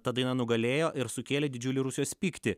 ta daina nugalėjo ir sukėlė didžiulį rusijos pyktį